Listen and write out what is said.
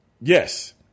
Yes